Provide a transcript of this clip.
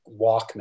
Walkman